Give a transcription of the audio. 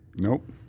Nope